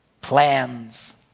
plans